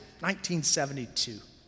1972